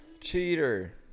cheater